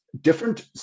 Different